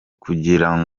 kugira